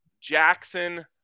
Jackson